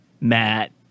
Matt